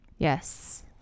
Yes